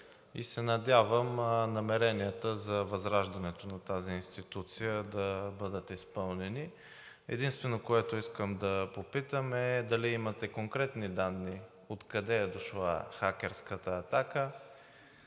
и се надявам намеренията за възраждането на тази институция да бъдат изпълнени. Единственото, което искам да попитам, е: имате ли конкретни данни откъде е дошла хакерската атака,